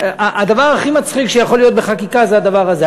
הדבר הכי מצחיק שיכול להיות בחקיקה זה הדבר הזה.